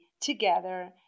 together